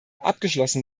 abgeschlossen